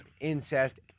incest